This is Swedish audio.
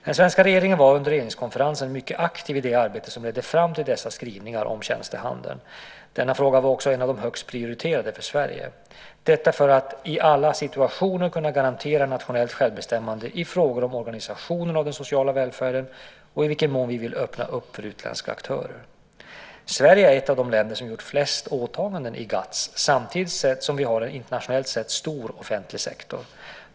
Den svenska regeringen var under regeringskonferensen mycket aktiv i det arbete som ledde fram till dessa skrivningar om tjänstehandeln. Denna fråga var också en av de högst prioriterade för Sverige - detta för att i alla situationer kunna garantera nationellt självbestämmande i frågor om organisationen av den sociala välfärden och i vilken mån vi vill öppna upp för utländska aktörer. Sverige är ett av de länder som gjort flest åtaganden i GATS samtidigt som vi har en internationellt sett stor offentlig sektor.